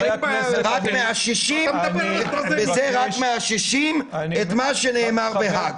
--- חברי הכנסת- -- ובזה רק מאששים את מה שנאמר בהאג.